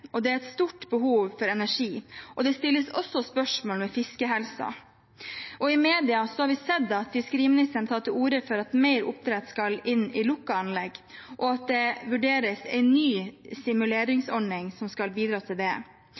Det er et stort behov for energi, og det stilles også spørsmål ved fiskehelsen. I media har vi sett at fiskeriministeren har tatt til orde for at mer oppdrett skal inn i lukkede anlegg, og at det vurderes en ny stimuleringsordning som skal bidra til det.